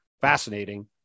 fascinating